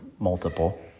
Multiple